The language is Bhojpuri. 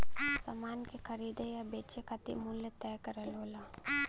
समान के खरीदे या बेचे खातिर मूल्य तय करना होला